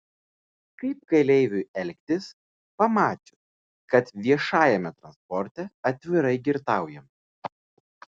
kaip keleiviui elgtis pamačius kad viešajame transporte atvirai girtaujama